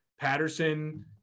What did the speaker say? Patterson